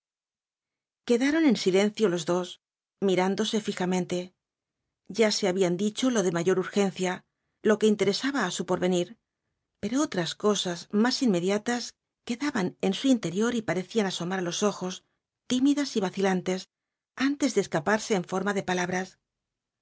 quedaron en silencio los dos mirándose fijamente ya se habían dicho lo de mayor urgencia lo que interesaba á su porvenir pero otras cosas más inmediatas quedaban en su interior y parecían asomar á los ojos tímidas y vacilantes antes de escaparse en forma de palabras